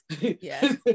yes